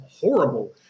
horrible